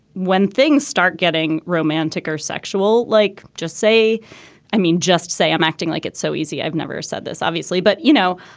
when things start getting romantic or sexual. like, just say i mean, just say i'm acting like it's so easy. i've never said this, obviously, but, you know,